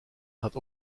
gaat